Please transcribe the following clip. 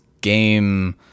game